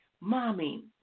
Mommy